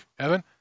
Evan